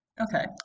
Okay